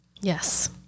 Yes